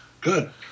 Good